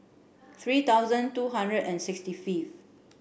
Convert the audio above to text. three thousand two hundred and sixty fifth